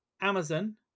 Amazon